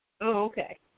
okay